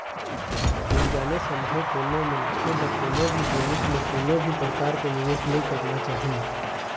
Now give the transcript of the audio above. बिन जाने समझे कोनो मनखे ल कोनो भी जिनिस म कोनो भी परकार के निवेस नइ करना चाही